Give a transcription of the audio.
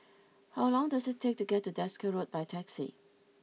how long does it take to get to Desker Road by taxi